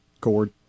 Cord